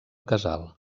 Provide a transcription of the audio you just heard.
casal